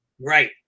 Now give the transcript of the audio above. Right